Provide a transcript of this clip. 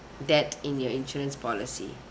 that in your insurance policy